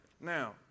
now